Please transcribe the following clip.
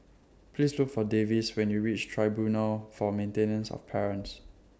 Please Look For Davis when YOU REACH Tribunal For Maintenance of Parents